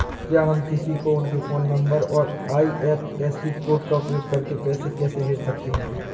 क्या हम किसी को उनके फोन नंबर और आई.एफ.एस.सी कोड का उपयोग करके पैसे कैसे भेज सकते हैं?